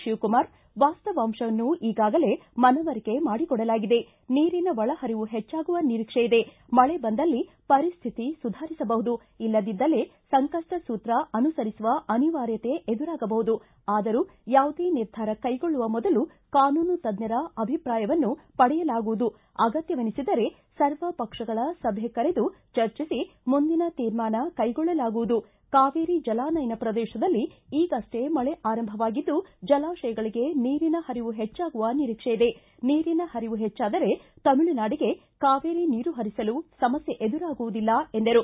ಶಿವಕುಮಾರ್ ವಾಸ್ತವಾಂಶವನ್ನು ಈಗಾಗಲೇ ಮನವರಿಕೆ ಮಾಡಿಕೊಡಲಾಗಿದೆ ನೀರಿನ ಒಳ ಹರಿವು ಹೆಚ್ಚಾಗುವ ನಿರೀಕ್ಷೆ ಇದೆ ಮಳೆ ಬಂದಲ್ಲಿ ಪರಿಸ್ಥಿತಿ ಸುಧಾರಿಸಬಹುದು ಇಲ್ಲದಿದ್ದಲ್ಲಿ ಸಂಕಷ್ಟ ಸೂತ್ರ ಅನುಸರಿಸುವ ಅನಿವಾರ್ಯತೆ ಎದುರಾಗಬಹುದು ಆದರೂ ಯಾವೂದೇ ನಿರ್ಧಾರ ಕೈಗೊಳ್ಳುವ ಮೊದಲು ಕಾನೂನು ತಜ್ಞರ ಅಭಿಪ್ರಾಯವನ್ನು ಪಡೆಯಲಾಗುವುದು ಅಗತ್ಯವೆನಿಸಿದರೆ ಸರ್ವ ಪಕ್ಷಗಳ ಸಭೆ ಕರೆದು ಚರ್ಚಿಸಿ ಮುಂದಿನ ತೀರ್ಮಾನ ಕೈಗೊಳ್ಳಲಾಗುವುದು ಕಾವೇರಿ ಜಲಾನಯನ ಪ್ರದೇಶದಲ್ಲಿ ಈಗಷ್ಟೇ ಮಳೆ ಆರಂಭವಾಗಿದ್ದು ಜಲಾಶಯಗಳಿಗೆ ನೀರಿನ ಹರಿವು ಹೆಚ್ಚಾಗುವ ನಿರೀಕ್ಷೆ ಇದೆ ನೀರಿನ ಹರಿವು ಹೆಚ್ಚಾದರೆ ತಮಿಳುನಾಡಿಗೆ ಕಾವೇರಿ ನೀರು ಹರಿಸಲು ಸಮಸ್ಯೆ ಎದುರಾಗುವುದಿಲ್ಲ ಎಂದರು